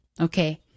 Okay